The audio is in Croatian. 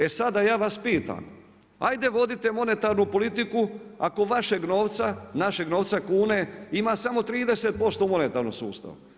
E sada ja vas pitam, ajde vodite monetarnu politiku ako vašeg novca, našeg novca kune, ima samo 30% u monetarnom sustavu.